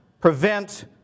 prevent